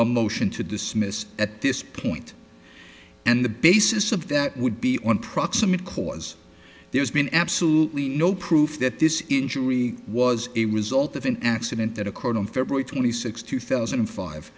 a motion to dismiss at this point and the basis of that would be one proximate cause there's been absolutely no proof that this injury was a result of an accident that occurred on february twenty sixth two thousand and five